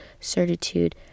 certitude